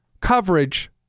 coverage